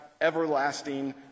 everlasting